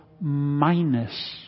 minus